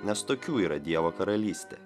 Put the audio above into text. nes tokių yra dievo karalystė